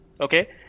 okay